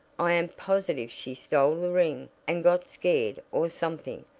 i am positive she stole the ring, and got scared, or something.